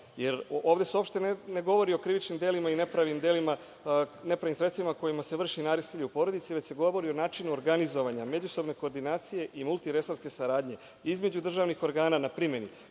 jer ovde se uopšte ne govori o krivičnim delima i nepravnim sredstvima kojima se vrši nasilje u porodici, već se govori o načinu organizovanja međusobne koordinacije i multiresorske saradnje između državnih organa na primeni